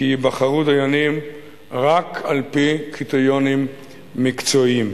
כי ייבחרו דיינים רק על-פי קריטריונים מקצועיים.